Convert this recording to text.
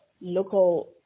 local